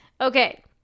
Okay